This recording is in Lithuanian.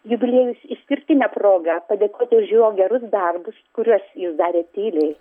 jubiliejus išskirtinė proga padėkoti už jo gerus darbus kuriuos jis darė tyliai